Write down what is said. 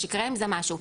יקרה עם זה משהו.